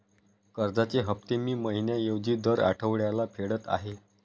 कर्जाचे हफ्ते मी महिन्या ऐवजी दर आठवड्याला फेडत आहे